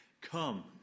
Come